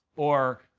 or,